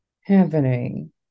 happening